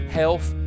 health